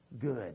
good